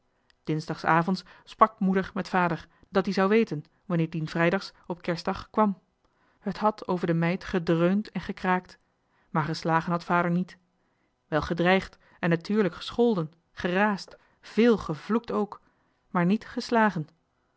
dinsdagsavonds sprak moeder met vader dat die zou weten wanneer dien vrijdag's op kerstdag kwam het had over de meid gedreund en gekraakt maar geslagen had vader niet wel gedreigd en netuurlek gescholden geraasd véél gevloekt ook maar niet gestagen